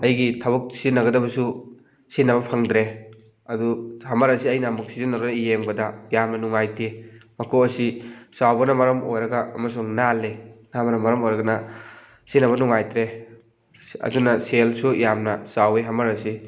ꯑꯩꯒꯤ ꯊꯕꯛ ꯁꯤꯖꯤꯟꯅꯒꯗꯕꯁꯨ ꯁꯤꯖꯤꯟꯅꯕ ꯐꯪꯗ꯭ꯔꯦ ꯑꯗꯨ ꯍꯝꯃꯔ ꯑꯁꯤ ꯑꯩꯅ ꯑꯃꯨꯛ ꯁꯤꯖꯤꯟꯅꯗꯨꯅ ꯌꯦꯡꯕꯗ ꯌꯥꯝꯅ ꯅꯨꯡꯉꯥꯏꯇꯦ ꯃꯀꯣꯛ ꯑꯁꯤ ꯆꯥꯎꯕꯅ ꯃꯔꯝ ꯑꯣꯏꯔꯒ ꯑꯃꯁꯨꯡ ꯅꯥꯜꯂꯤ ꯅꯥꯟꯕꯅ ꯃꯔꯝ ꯑꯣꯏꯔꯒꯅ ꯁꯤꯖꯤꯟꯅꯕ ꯅꯨꯡꯉꯥꯏꯇ꯭ꯔꯦ ꯑꯗꯨꯅ ꯁꯦꯜꯁꯨ ꯌꯥꯝꯅ ꯆꯥꯎꯋꯤ ꯍꯝꯃꯔ ꯑꯁꯤ